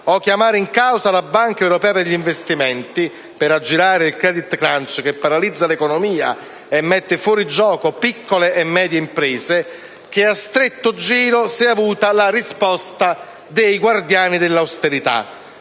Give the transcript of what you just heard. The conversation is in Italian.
o chiamare in causa la Banca europea per gli investimenti per aggirare il *credit crunch,* che paralizza l'economia e mette fuori gioco piccole e medie imprese, che a stretto giro si è avuta la risposta dei guardiani dell'austerità.